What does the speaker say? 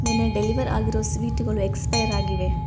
ನೆನ್ನೆ ಡೆಲಿವರ್ ಆಗಿರೋ ಸ್ವೀಟುಗಳು ಎಕ್ಸ್ಪೈರ್ ಆಗಿವೆ